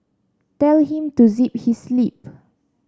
tell him to zip his lip